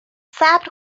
صبر